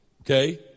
Okay